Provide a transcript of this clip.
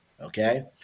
okay